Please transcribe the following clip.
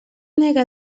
nega